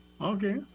Okay